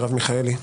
מרב מיכאלי.